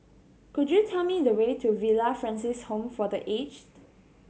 could you tell me the way to Villa Francis Home for The Aged